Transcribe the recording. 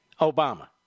Obama